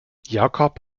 jakob